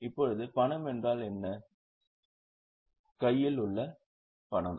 இப்போது பணம் என்றால் என்ன என்றால் கையில் உள்ள பணம்